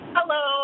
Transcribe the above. Hello